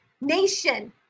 nation